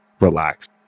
relax